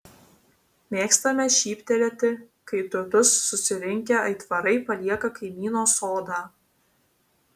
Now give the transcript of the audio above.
mėgstame šyptelėti kai turtus susirinkę aitvarai palieka kaimyno sodą